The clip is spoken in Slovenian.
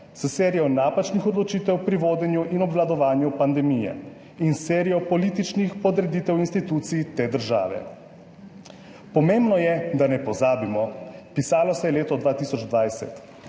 s serijo napačnih odločitev pri vodenju in obvladovanju pandemije in serijo političnih podreditev institucij te države. Pomembno je, da ne pozabimo, pisalo se je leto 2020.